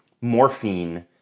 morphine